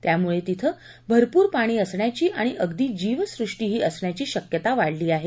त्यामुळे तिथं भरपूर पाणी असण्याची आणि अगदी जीवसुष्टीही असण्याची शक्यता वाढली आहे